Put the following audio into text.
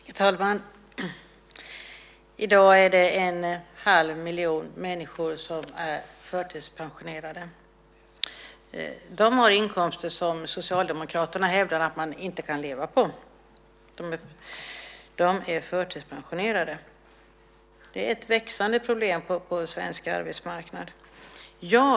Herr talman! I dag är det en halv miljon människor som är förtidspensionerade. De har inkomster som Socialdemokraterna hävdar att man inte kan leva på. De är förtidspensionerade. Det är ett växande problem på svensk arbetsmarknad.